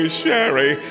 sherry